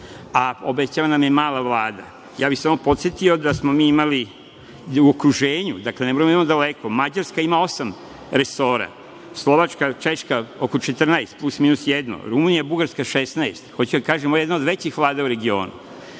a obećana nam je mala Vlada. Samo bih podsetio da smo mi imali, u okruženju, dakle ne moramo daleko, Mađarska ima osam resora, Slovačka, Češka, oko 14, plus minus jedno, Rumunija, Bugarska 16. Hoću da kažem da je ovo jedna od većih vlada u regionu. Ovde